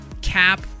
Cap